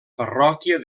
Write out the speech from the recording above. parròquia